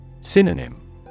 Synonym